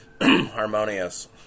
harmonious